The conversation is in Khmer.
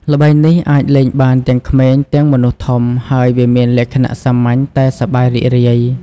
ល្បែងនេះអាចលេងបានទាំងក្មេង ទាំងមនុស្សធំ ហើយវាមានលក្ខណៈសាមញ្ញតែសប្បាយរីករាយ ។